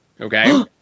okay